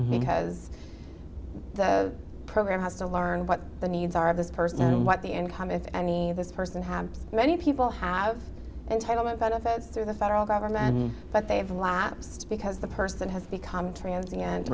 because the program has to learn what the needs are of this person and what the income if any this person had many people have entitlement benefits through the federal government and but they have lapsed because the person has become trans